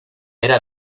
era